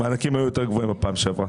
המענקים היו יותר גבוהים בפעם הקודמת.